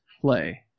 play